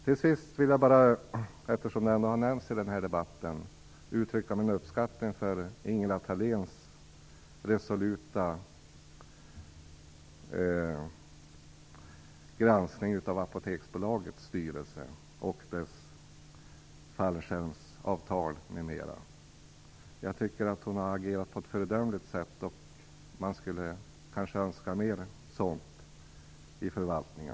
Till sist vill jag bara, eftersom det ändå har nämnts i den här debatten, uttrycka min uppskattning av Ingela Thaléns resoluta granskning av Apoteksbolagets styrelse och dess fallskärmsavtal m.m. Jag tycker hon har agerat på ett föredömligt sätt, och man skulle kanske önska mer sådant i förvaltningen.